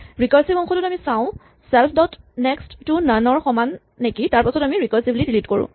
recursive অংশটোত আমি চাওঁ চেল্ফ ডট নেক্স্ট টো নন ৰ সমান নেকি তাৰপাছত আমি ৰিকাৰছিভলী ডিলিট কৰোঁ